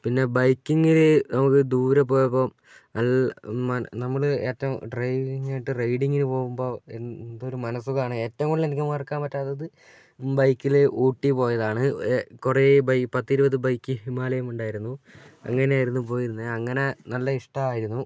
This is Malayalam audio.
പിന്നെ ബൈക്കിങ്ങിൽ നമുക്ക് ദൂരെ പോയപ്പം നമ്മൾ ഏറ്റവും ഡ്രൈവിങ്ങ് കയിഞ്ഞിട്ടു റൈഡിങ്ങിനു പോകുമ്പോൾ എന്തോ ഒരു മനഃസുഖമാണ് ഏറ്റവും കൂടുതൽ എനിക്ക് മറക്കാൻ പറ്റാത്തത് ബൈക്കിൽ ഊട്ടി പോയതാണ് കുറേ പത്ത് ഇരുപത് ബൈക്ക് ഹിമാലയമുണ്ടായിരുന്നു അങ്ങനെയായിരുന്നു പോയിരുന്നത് അങ്ങനെ നല്ല ഇഷ്ടമായിരുന്നു